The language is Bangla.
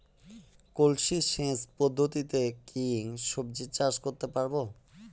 কলসি সেচ পদ্ধতিতে কি সবজি চাষ করতে পারব?